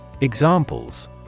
Examples